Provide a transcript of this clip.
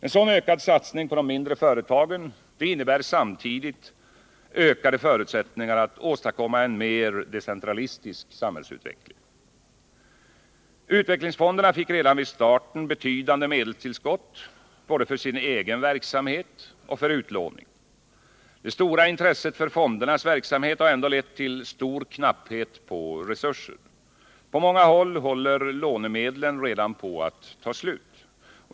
En sådan ökad satsning på de mindre företagen innebär samtidigt ökade förutsättningar att åstadkomma en mer decentralistisk samhällsutveckling. Utvecklingsfonderna fick redan vid starten betydande medelstillskott både för sin egen verksamhet och för utlåning. Det stora intresset för fondernas verksamhet har ändå lett till stor knapphet på resurser. På många håll håller lånemedlen redan på att ta slut.